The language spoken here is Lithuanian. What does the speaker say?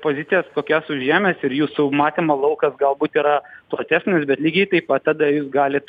pozicijas kokias užėmęs ir jūsų matymo laukas galbūt yra platesnis bet lygiai taip pat tada jūs galit